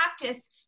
practice